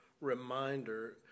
reminder